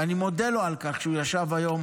ואני מודה לו על כך שהוא ישב היום